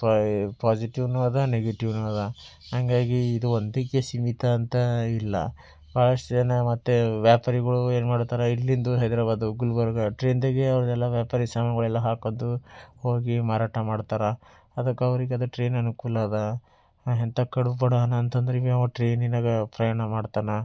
ಪಾಝಿಟಿವ್ನು ಅದ ನೆಗೆಟಿವ್ನು ಅದ ಹಾಗಾಗಿ ಇದು ಒಂದಕ್ಕೆ ಸೀಮಿತ ಅಂತ ಇಲ್ಲ ಬಹಳಷ್ಟು ಜನ ಮತ್ತೆ ವ್ಯಾಪಾರಿಗಳು ಏನು ಮಾಡ್ತಾರೆ ಇಲ್ಲಿಂದು ಹೈದರಾಬಾದ್ ಗುಲ್ಬರ್ಗ ಟ್ರೈನ್ದಾಗೆ ಅವರೆಲ್ಲ ವ್ಯಾಪಾರಿ ಸಾಮಾನುಗಳೆಲ್ಲ ಹಾಕೋದು ಹೋಗಿ ಮಾರಾಟ ಮಾಡ್ತಾರೆ ಅದಕ್ಕೆ ಅವ್ರಿಗೆ ಅದು ಟ್ರೈನ್ ಅನುಕೂಲ ಅದ ಎಂಥ ಕಡು ಬಡವ ಅಂತಂದ್ರೂ ಭೀ ಅವು ಟ್ರೈನಿನಾಗ ಪ್ರಯಾಣ ಮಾಡ್ತಾನೆ